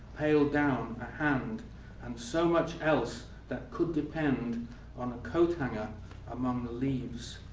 pale down, a hand and so much else that could depend on a coat hanger among the leaves.